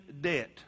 debt